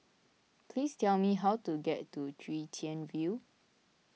please tell me how to get to Chwee Chian View